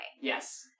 Yes